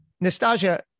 Nastasia